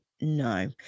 No